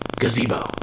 Gazebo